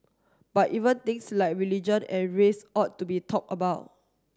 but even things like religion and race ought to be talked about